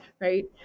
right